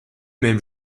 même